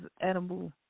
edible